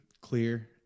clear